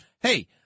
hey